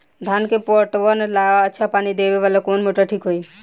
धान के पटवन ला अच्छा पानी देवे वाला कवन मोटर ठीक होई?